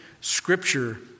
Scripture